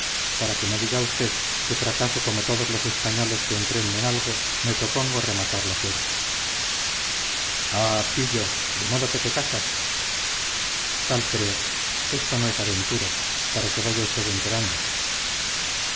para que no diga usted que fracaso como todos los españoles que emprenden algo me propongo rematar la suerte ah pillo de modo que te casas tal creo esto no es aventura para que vaya usted enterándose